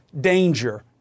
danger